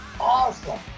awesome